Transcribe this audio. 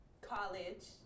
college